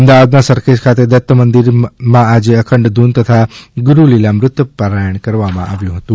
અમદાવાદમાં સરખેજ ખાતે દત્ત મંદિરમાં આજે અખંડ ધૂન તથા ગુરુ લીલામૃત પારાયણ કરવામાં આવ્યું હતું